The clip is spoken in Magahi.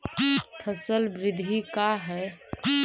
फसल वृद्धि का है?